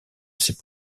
ces